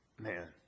man